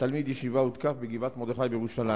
תקיפת תלמיד ישיבה בגבעת-מרדכי בירושלים,